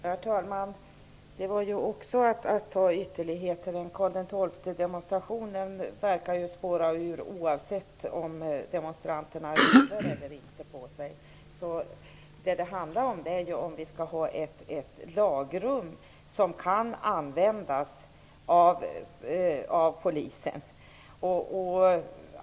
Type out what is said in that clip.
Herr talman! Det var ju också att ta till ytterligheter. En Karl XII-demonstration verkar spåra ur oavsett om demonstranterna har huvor eller inte på sig. Vad det handlar om är om vi skall ha ett lagrum som kan användas av polisen.